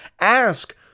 ask